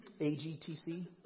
AGTC